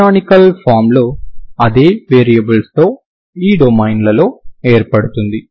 canonical form లో అదే వేరియబుల్స్తో ఈ డొమైన్లలో ఏర్పడుతుంది